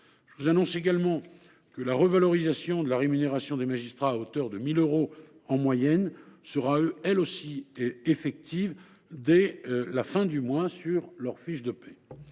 Je vous annonce également que la revalorisation de la rémunération des magistrats à hauteur de 1 000 euros en moyenne sera, elle aussi, effective dès la fin du mois sur leur fiche de paie.